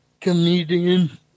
comedian